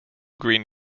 green